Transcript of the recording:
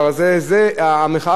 שאנשים לא מוכנים בכל מחיר.